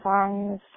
songs